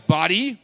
body